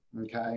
okay